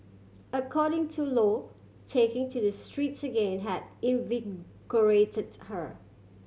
according to Lo taking to the streets again had invigorated her